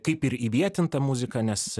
kaip ir įvietinta muzika nes